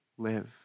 Live